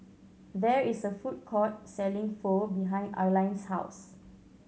there is a food court selling Pho behind Arline's house